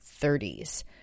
30s